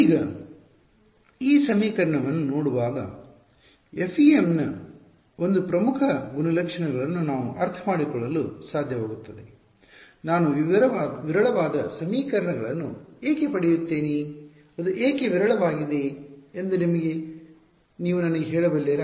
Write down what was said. ಈಗ ಈ ಸಮೀಕರಣವನ್ನು ನೋಡುವಾಗ ಎಫ್ಇಎಮ್ ನ ಒಂದು ಪ್ರಮುಖ ಗುಣ ಲಕ್ಷಣ ಗಳನ್ನು ನಾವು ಅರ್ಥಮಾಡಿಕೊಳ್ಳಲು ಸಾಧ್ಯವಾಗುತ್ತದೆ ನಾನು ವಿರಳವಾದ ಸಮೀಕರಣಗಳನ್ನು ಏಕೆ ಪಡೆಯುತ್ತೇನೆ ಅದು ಏಕೆ ವಿರಳವಾಗಿದೆ ಎಂದು ನೀವು ನನಗೆ ಹೇಳಬಲ್ಲಿರಾ